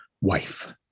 wife